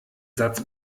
satz